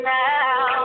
now